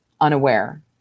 unaware